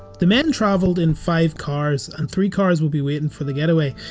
the men travelled in five cars and three cars would be waiting for the getaway.